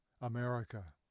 America